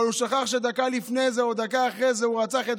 אבל הוא שכח שדקה לפני זה או דקה אחרי זה הוא